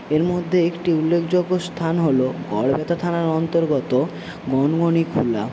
এর মধ্যে একটি উল্লেখযোগ্য স্থান হল গড়বেতা থানার অন্তর্গত গণগনি